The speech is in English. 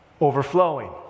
overflowing